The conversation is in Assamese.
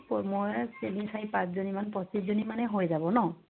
মই তিনি চাৰি পাঁচজনীমান পঁচিছজনী মানে হৈ যাব ন